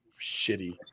shitty